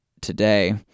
today